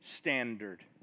standard